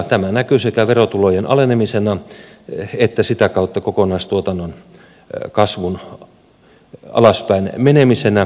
tämä näkyy sekä verotulojen alenemisena että sitä kautta kokonaistuotannon kasvun alaspäin menemisenä